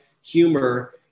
humor